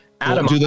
Adam